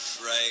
Right